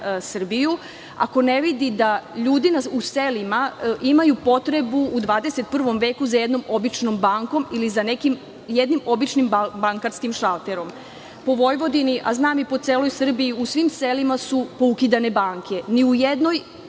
Srbiju, ako ne vidi da ljudi u selima imaju potrebu u 21 veku za jednom običnom bankom ili za nekim jednim običnim bankarskim šalterom. Po Vojvodini, a znam i po celoj Srbiji, po svim selima su poukidane banke. Ni u jednom